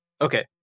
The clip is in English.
Okay